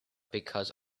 because